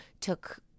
took